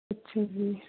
ਅੱਛਾ ਜੀ